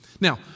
Now